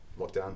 lockdown